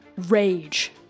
Rage